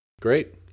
Great